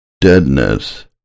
deadness